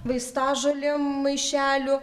vaistažolėm maišelių